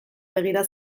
begira